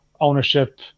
ownership